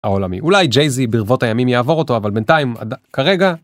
העולמי. אולי ג'ייזי ברבות הימים יעבור אותו אבל בינתיים, כרגע